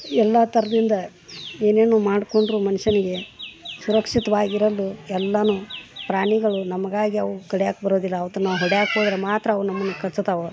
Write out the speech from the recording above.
ಎಲ್ಲ ಥರದಿಂದ ಏನೆನೋ ಮಾಡ್ಕೊಂಡರೂ ಮನುಷ್ಯನಿಗೆ ಸುರಕ್ಷಿತವಾಗಿರಲು ಎಲ್ಲಾ ಪ್ರಾಣಿಗಳು ನಮಗಾಗಿ ಅವು ಕಡಿಯೋಕ್ ಬರೋದಿಲ್ಲ ಅವತ ನಾವು ಹೊಡೆಯೋಕೋದ್ರೆ ಮಾತ್ರ ಅವು ನಮ್ಮನ್ನ ಕಚ್ಚುತಾವ